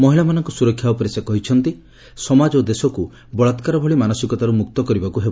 ମହିଳାମାନଙ୍କ ସୁରକ୍ଷା ଉପରେ ସେ କହିଛନ୍ତି ସମାଜ ଓ ଦେଶକୁ ବଳାକାର ଭଳି ମାନସିକତାରୁ ମୁକ୍ତ କରିବାକୁ ହେବ